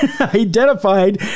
Identified